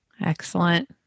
Excellent